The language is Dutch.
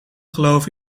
geloof